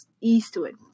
Eastwood